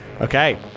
Okay